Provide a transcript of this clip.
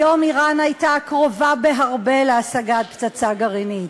היום איראן הייתה קרובה בהרבה להשגת פצצה גרעינית.